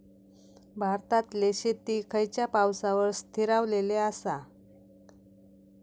भारतातले शेती खयच्या पावसावर स्थिरावलेली आसा?